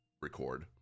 record